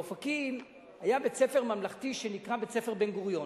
באופקים היה בית-ספר ממלכתי שנקרא בית-ספר "בן-גוריון".